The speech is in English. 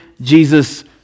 Jesus